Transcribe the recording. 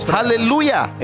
hallelujah